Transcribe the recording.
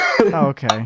Okay